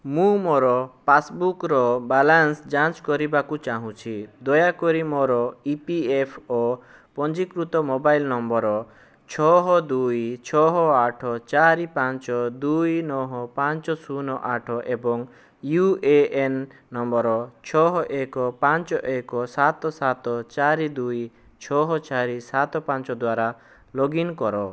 ମୁଁ ମୋର ପାସ୍ବୁକ୍ର ବାଲାନ୍ସ ଯାଞ୍ଚ କରିବାକୁ ଚାହୁଁଛି ଦୟାକରି ମୋର ଇ ପି ଏଫ୍ ଓ ପଞ୍ଜୀକୃତ ମୋବାଇଲ୍ ନମ୍ବର୍ ଛଅ ଦୁଇ ଛଅ ଆଠ ଚାରି ପାଞ୍ଚ ଦୁଇ ନଅ ପାଞ୍ଚ ଶୂନ ଆଠ ଏବଂ ୟୁ ଏ ଏନ୍ ନମ୍ବର୍ ଛଅ ଏକ ପାଞ୍ଚ ଏକ ସାତ ସାତ ଚାରି ଦୁଇ ଛଅ ଚାରି ସାତ ପାଞ୍ଚ ଦ୍ଵାରା ଲଗ୍ଇନ୍ କର